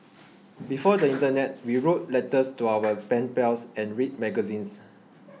before the internet we wrote letters to our pen pals and read magazines